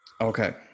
Okay